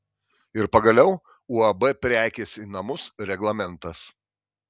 ir pagaliau uab prekės į namus reglamentas